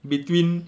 between